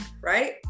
right